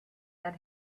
that